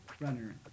runner